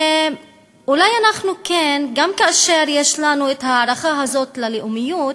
אולי, גם כאשר יש לנו את ההערכה הזאת ללאומיות,